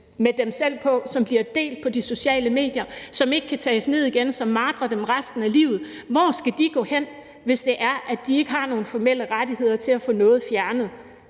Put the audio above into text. med dem selv på, som bliver delt på de sociale medier, som ikke kan tages af igen, og som martrer dem resten af livet? Hvor skal de gå hen, hvis det er, at de ikke har nogen formelle rettigheder med hensyn til at få noget fjernet?